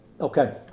Okay